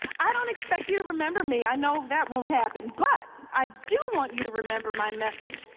i don't expect you to remember me. i know that won't happen but i do want you to remember my message.